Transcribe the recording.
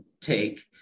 take